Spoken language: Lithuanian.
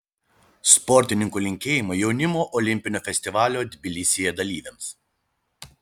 sportininkų linkėjimai jaunimo olimpinio festivalio tbilisyje dalyviams